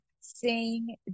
sing